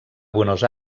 buenos